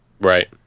Right